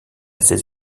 ses